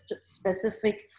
specific